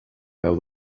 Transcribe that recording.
veu